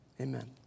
amen